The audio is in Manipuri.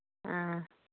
ꯑꯥ